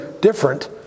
different